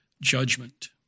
judgment